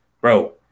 Bro